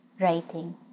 writing